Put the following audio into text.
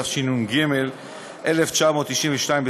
התשנ"ג 1992,